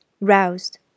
roused